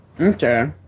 Okay